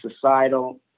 societal